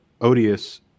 odious